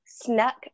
snuck